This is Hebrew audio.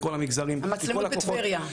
מכל המגזרים --- המצלמות בטבריה,